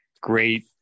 great